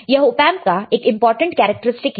यह ऑपएंप का एक इंपॉर्टेंट कैरेक्टरस्टिक है